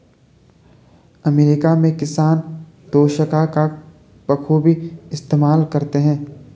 America में किसान दोशाखा का बखूबी इस्तेमाल करते हैं